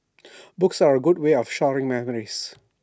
books are A good way of storing memories